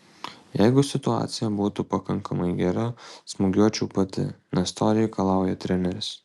jeigu situacija būtų pakankamai gera smūgiuočiau pati nes to reikalauja treneris